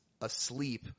asleep